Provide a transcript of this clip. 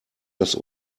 das